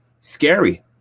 scary